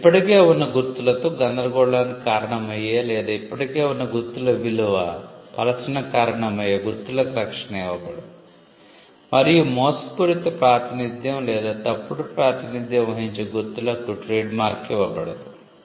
ఇప్పటికే ఉన్న గుర్తులతో గందరగోళానికి కారణమయ్యే లేదా ఇప్పటికే ఉన్న గుర్తుల విలువ పలుచనకు కారణమయ్యే గుర్తులకు రక్షణ ఇవ్వబడదు మరియు మోసపూరిత ప్రాతినిధ్యం లేదా తప్పుడు ప్రాతినిధ్యం వహించే గుర్తులకు ట్రేడ్ మార్క్ ఇవ్వబడదు